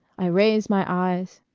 i raise. my. eyes